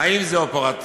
האם זה אופרטיבי?